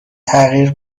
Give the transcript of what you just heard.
تغییر